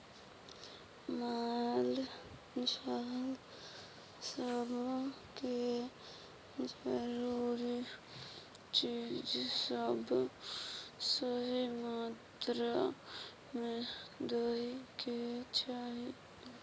माल जाल सब के जरूरी चीज सब सही मात्रा में दइ के चाही